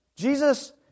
Jesus